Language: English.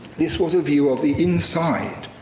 this was a view of the inside.